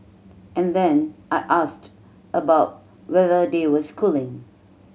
and then I asked about whether they were schooling